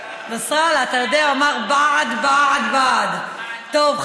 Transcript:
נסראללה, אתה יודע, הוא אמר: בעד, בעד, בעד.